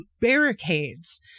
barricades